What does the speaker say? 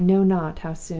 i know not how soon.